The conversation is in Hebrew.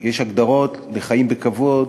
יש הגדרות לחיים בכבוד,